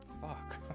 Fuck